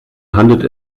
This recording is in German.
handelt